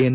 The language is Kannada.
ಎನ್